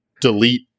delete